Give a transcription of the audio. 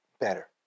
better